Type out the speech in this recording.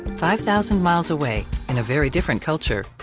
five thousand miles away, in a very different culture,